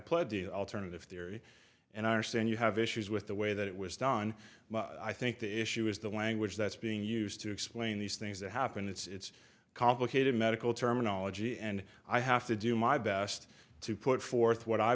led to alternative theory and i understand you have issues with the way that it was done but i think the issue is the language that's being used to explain these things that happened it's complicated medical terminology and i have to do my best to put forth what i